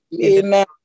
Amen